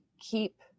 keep